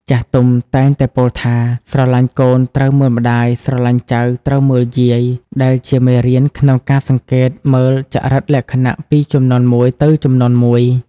ចាស់ទុំតែងតែពោលថា "ស្រឡាញ់កូនត្រូវមើលម្ដាយ ស្រឡាញ់ចៅត្រូវមើលយាយ" ដែលជាមេរៀនក្នុងការសង្កេតមើលចរិតលក្ខណៈពីជំនាន់មួយទៅជំនាន់មួយ។